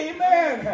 Amen